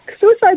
suicide